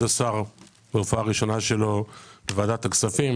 השר בהופעה הראשונה שלו בוועדת הכספים,